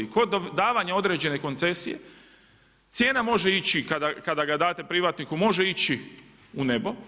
Kod davanja određene koncesije cijena može ići kada ga date privatniku, može ići u nebo.